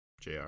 JR